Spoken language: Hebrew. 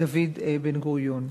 דוד בן-גוריון.